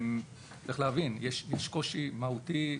צריך להבין, יש קושי מהותי,